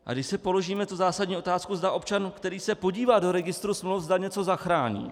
A když si položíme zásadní otázku, zda občan, který se podívá do registru smluv, zda něco zachrání.